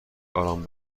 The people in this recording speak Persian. آرام